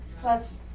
Plus